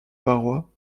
parois